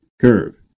curve